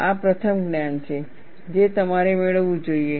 આ પ્રથમ જ્ઞાન છે જે તમારે મેળવવું જોઈએ